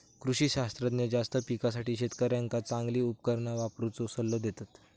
कृषी शास्त्रज्ञ जास्त पिकासाठी शेतकऱ्यांका चांगली उपकरणा वापरुचो सल्लो देतत